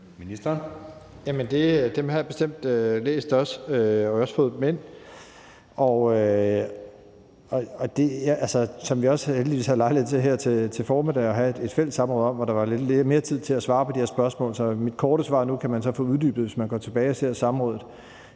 har jeg bestemt også læst, og jeg har også fået dem ind. Som vi heldigvis også havde lejlighed til her til formiddag at have et fælles samråd om, så tager jeg selvfølgelig de bekymringer meget alvorligt. Der var der lidt mere tid til at svare på de her spørgsmål, så mit korte svar nu kan man så få uddybet, hvis man går tilbage og ser samrådet.